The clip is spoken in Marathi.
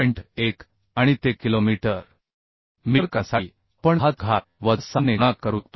1 आणि ते किलोमीटर मीटर करण्यासाठी आपण 10 चा घात वजा 6 ने गुणाकार करू शकतो